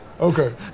Okay